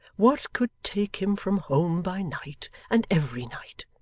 what could take him from home by night, and every night!